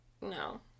No